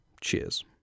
Cheers